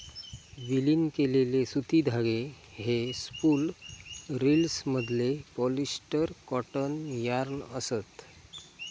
विलीन केलेले सुती धागे हे स्पूल रिल्समधले पॉलिस्टर कॉटन यार्न असत